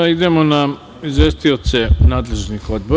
Idemo na izvestioce nadležnih odbora.